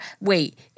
Wait